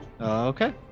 Okay